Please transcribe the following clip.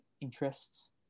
interests